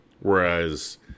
whereas